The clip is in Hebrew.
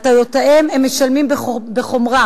על טעויותיהם הם משלמים בחומרה,